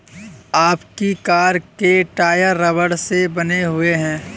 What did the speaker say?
आपकी कार के टायर रबड़ से बने हुए हैं